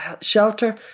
shelter